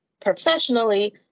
professionally